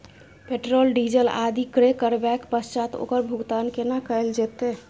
Petrol, diesel आदि क्रय करबैक पश्चात ओकर भुगतान केना कैल जेतै?